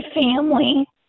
family